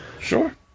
Sure